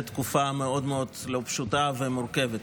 תקופה מאוד מאוד לא פשוטה ומורכבת.